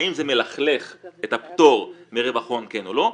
האם זה מלכלך את הפטור מרווח הון כן או לא,